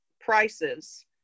prices